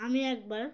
আমি একবার